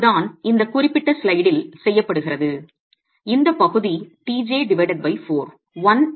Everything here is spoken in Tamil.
அதுதான் இந்தக் குறிப்பிட்ட ஸ்லைடில் செய்யப்படுகிறது இந்த பகுதி tj4